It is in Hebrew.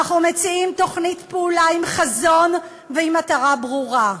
אנחנו מציעים תוכנית פעולה עם חזון ועם מטרה ברורה: